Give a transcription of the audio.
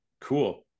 Cool